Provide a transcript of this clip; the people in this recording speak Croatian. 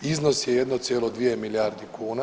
Iznos je 1,2 milijarde kuna.